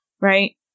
right